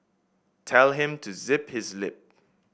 tell him to zip his lip